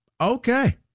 okay